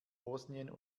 bosnien